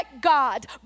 God